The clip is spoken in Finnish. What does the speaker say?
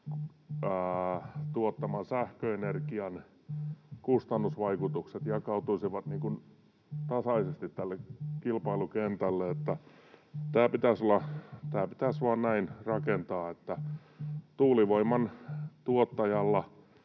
tuottaman sähköenergian kustannusvaikutukset jakautuisivat tasaisesti tälle kilpailukentälle. Tämä pitäisi vain rakentaa näin, että tuulivoiman tuottajalla